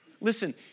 Listen